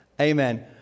Amen